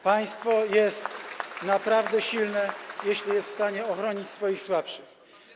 Państwo jest naprawdę silne, jeśli jest w stanie ochronić swoich słabszych obywateli.